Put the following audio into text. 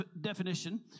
definition